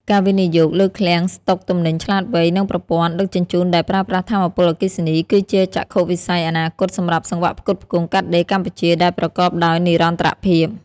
ការវិនិយោគលើឃ្លាំងស្ដុកទំនិញឆ្លាតវៃ និងប្រព័ន្ធដឹកជញ្ជូនដែលប្រើប្រាស់ថាមពលអគ្គិសនី គឺជាចក្ខុវិស័យអនាគតសម្រាប់សង្វាក់ផ្គត់ផ្គង់កាត់ដេរកម្ពុជាដែលប្រកបដោយនិរន្តរភាព។